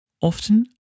often